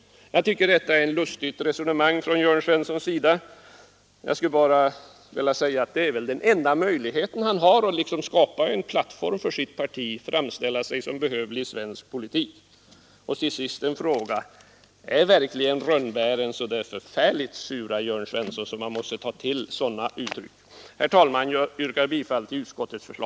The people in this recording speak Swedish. Jag tycker det är ett lustigt resonemang av herr Jörn Svensson. Men det är väl den enda möjlighet han har att skapa en plattform för sitt parti, att framställa sig Nr 89 som behövlig i svensk politik. Till sist en fråga: Är verkligen rönnbären så Måndagen den sura, herr Jörn Svensson, att man måste ta till sådana uttryck? 27 maj 1974